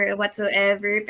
whatsoever